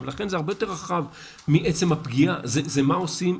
ולכן הרבה יותר רחב מעצם הפגיעה זה מה עושים,